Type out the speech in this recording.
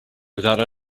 without